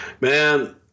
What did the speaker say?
Man